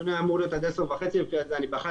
הדיון היה אמור להיות עד 10:30 ואני ב-11:00